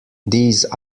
these